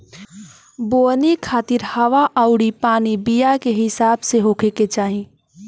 बोवनी खातिर हवा अउरी पानी बीया के हिसाब से होखे के चाही